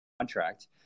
contract